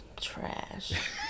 Trash